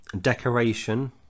decoration